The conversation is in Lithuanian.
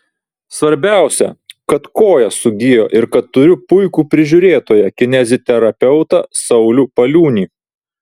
svarbiausia kad koja sugijo ir kad turiu puikų prižiūrėtoją kineziterapeutą saulių paliūnį